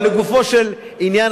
לגופו של עניין,